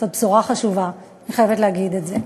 זו בשורה חשובה, אני חייבת להגיד את זה.